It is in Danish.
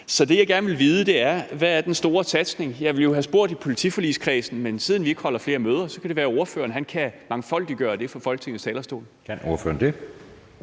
Så det, jeg gerne vil vide, er: Hvad er den store satsning? Jeg ville jo have spurgt i politiforligskredsen, men siden vi ikke holder flere møder, kan det være, at ordføreren kan delagtiggøre os i det fra Folketingets talerstol.